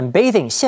Bathing